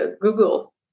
Google